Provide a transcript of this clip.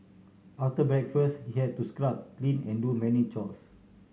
after breakfast he had to scrub clean and do many chores